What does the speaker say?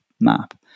map